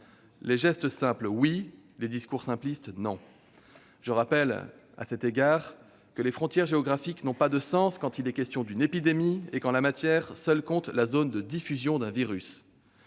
aux gestes simples, mais non aux discours simplistes. À cet égard, je rappelle que les frontières géographiques n'ont pas de sens quand il est question d'une épidémie et qu'en la matière seule compte la zone de diffusion du virus.